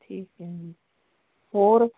ਠੀਕ ਹੈ ਜੀ ਹੋਰ